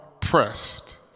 pressed